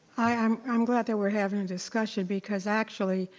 i'm i'm glad that we're having a discussion because actually,